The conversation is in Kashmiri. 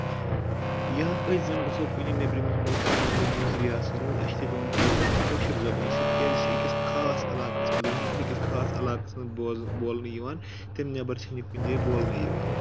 یا أسۍ زَن گژھو کُنہِ نیٚبرِمِس مُلکس منٛز نیبرِمِس رِیاستس منٛز أسۍ تہِ چھِ یِوان پرٛزناونہٕ کٲشِر زَبٲنۍ سۭتۍ کیازِ یہِ چھِ أکِس خاص علاقس منٛز دُنکِس أکِس خاص علاقس منٛز بول بولنہٕ یِوان تَمہِ نؠبر چھنہٕ یہِ کُنہِ جایہِ بولنہٕ یِوان